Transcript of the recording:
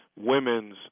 women's